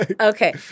Okay